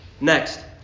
Next